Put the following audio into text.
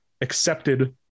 accepted